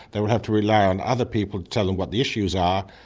they will have to rely on other people to tell them what the issues are,